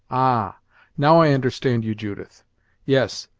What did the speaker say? ah now i understand you, judith yes,